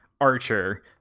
archer